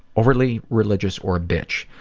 overly religious, or a bitch.